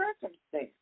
circumstance